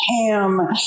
ham